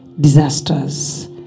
disasters